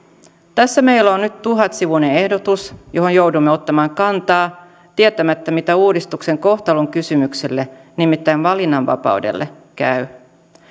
tässä meillä on nyt tuhat sivuinen ehdotus johon joudumme ottamaan kantaa tietämättä mitä uudistuksen kohtalonkysymykselle nimittäin valinnanvapaudelle käy